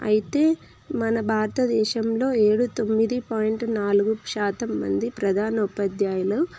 అయితే మన భారతదేశంలో ఏడు తొమ్మిది పాయింట్ నాలుగు శాతం మంది ప్రధానోపాధ్యాయులు